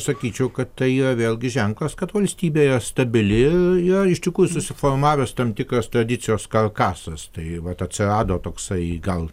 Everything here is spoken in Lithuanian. sakyčiau kad tai yra vėlgi ženklas kad valstybė yra stabili yra ištikrųjų susiformavęs tam tikras tradicijos karkasas tai vat atsirado toksai gal